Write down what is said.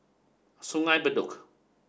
Sungei Bedok